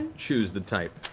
choose the type.